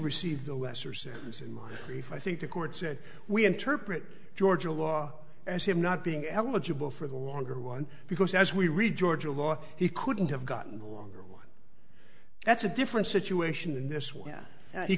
received a lesser sentence in mind if i think the court said we interpret georgia law as him not being eligible for the longer one because as we read georgia law he couldn't have gotten a longer one that's a different situation than this where he